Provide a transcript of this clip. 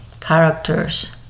characters